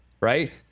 right